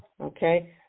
Okay